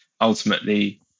ultimately